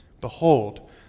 behold